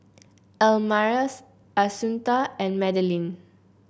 Elmire Assunta and Madeleine